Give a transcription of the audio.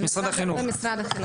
במשרד החינוך.